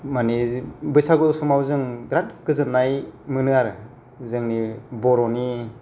माने बैसागु समाव जों बिराद गोजोननाय मोनो आरो जोंनि बर'नि